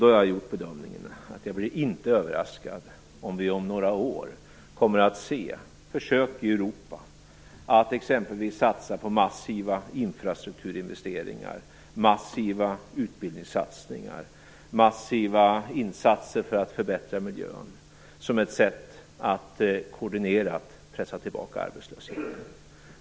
Jag har gjort bedömningen att jag inte blir överraskad om vi om några år kommer att se försök i Europa att exempelvis satsa på massiva infrastrukturinvesteringar, massiva utbildningssatsningar och massiva insatser för att förbättra miljön som ett sätt att koordinerat pressa tillbaka arbetslösheten.